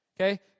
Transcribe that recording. Okay